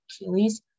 Achilles